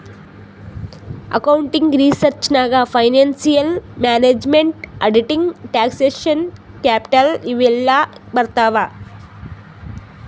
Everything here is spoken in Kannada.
ಅಕೌಂಟಿಂಗ್ ರಿಸರ್ಚ್ ನಾಗ್ financial management, auditing, taxation, capital ಇವು ಎಲ್ಲಾ ಬರ್ತಾವ್